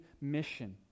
mission